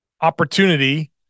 opportunity